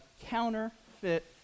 counterfeit